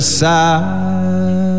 side